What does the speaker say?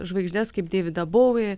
žvaigždes kaip deividą boei